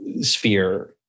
sphere